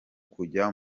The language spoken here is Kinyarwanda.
kujya